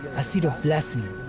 a seed of blessing.